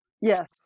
yes